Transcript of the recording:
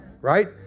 Right